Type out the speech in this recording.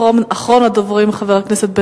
אחרון הדוברים, חבר הכנסת מיכאל